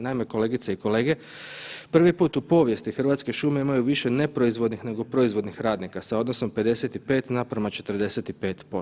Naime, kolegice i kolege, prvi put u povijesti, Hrvatske šume imaju više neproizvodnih nego proizvodnih radnika sa odnosom 55:45%